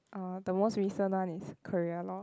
uh the most recent one is Korea lor